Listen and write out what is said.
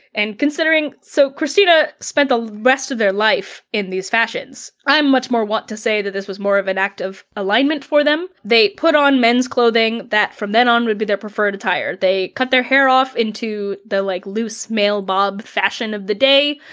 and considering so kristina spent the rest of their life in these fashions, i'm much more want to say that this was more of an act of alignment for them. they put on men's clothing that from then on would be their preferred attire. they cut their hair off into the like loose male bob fashion of the day,